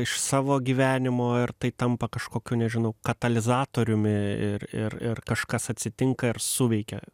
iš savo gyvenimo ir tai tampa kažkokiu nežinau katalizatoriumi ir ir ir kažkas atsitinka ir suveikia